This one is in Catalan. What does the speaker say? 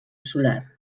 solar